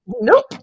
Nope